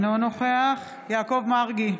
אינו נוכח יעקב מרגי,